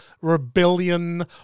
rebellion